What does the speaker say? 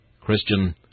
Christian